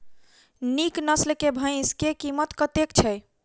नीक नस्ल केँ भैंस केँ कीमत कतेक छै?